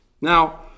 Now